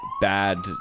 bad